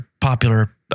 popular